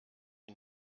wie